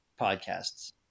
podcasts